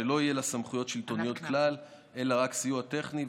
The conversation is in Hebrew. שלא יהיו לה סמכויות שלטוניות כלל אלא רק סיוע טכני,